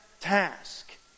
task